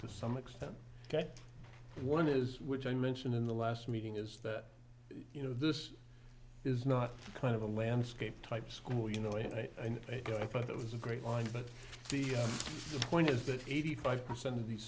to some extent one is which i mentioned in the last meeting is that you know this is not kind of a landscape type school you know it and i thought it was a great life but the point is that eighty five percent of the